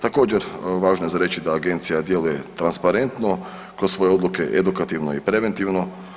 Također važno je za reći da agencija djeluje transparentno, kroz svoje odluke edukativno i preventivno.